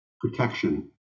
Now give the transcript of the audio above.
protection